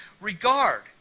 regard